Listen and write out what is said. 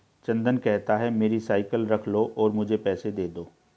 चंदन कहता है, मेरी साइकिल रख लो और मुझे पैसे दे दो